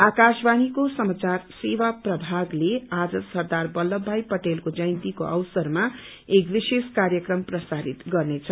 आकाशवाणीको समाचार सेवा प्रभागले आज सरदार बल्लभ भाई पटेलको जयन्तीको अवसरमा एक विशेष कार्यक्रम प्रसारित गर्नेछ